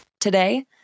Today